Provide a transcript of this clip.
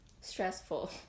stressful